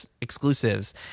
exclusives